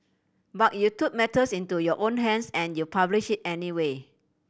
but you took matters into your own hands and you published it anyway